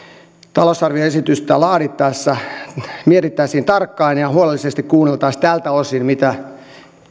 talousarvioesitystä laadittaessa tätä mietittäisiin tarkkaan ja huolellisesti kuunneltaisiin tältä osin mitä mieltä